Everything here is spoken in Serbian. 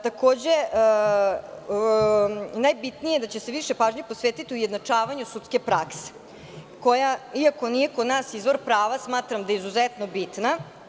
Takođe, najbitnije je da će se više pažnje posvetiti ujednačavanju sudske prakse koja, iako nije kod nas izvor prava, smatram da je izuzetno bitna.